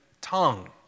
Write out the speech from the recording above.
tongue